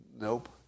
Nope